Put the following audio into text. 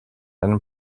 einem